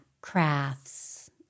crafts